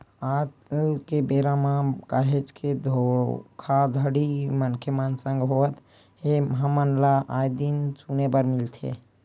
आल के बेरा म काहेच के धोखाघड़ी मनखे मन संग होवत हे हमन ल आय दिन सुने बर मिलथे